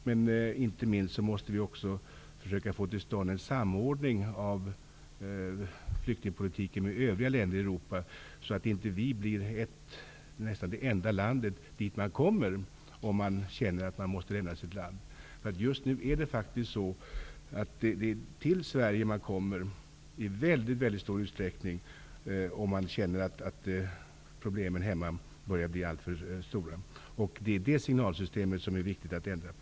Men vi måste också försöka få till stånd en samordning av flyktingpolitiken med övriga länder i Europa så att Sverige inte blir det enda land att komma till om man känner att man måste lämna sitt land. Just nu är det faktiskt så att det i mycket stor utsträckning är till Sverige man kommer om man känner att problemen i hemlandet börjar bli alltför stora. Det är det signalsystemet som det är viktigt att ändra på.